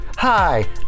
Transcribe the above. hi